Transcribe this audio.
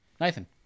Nathan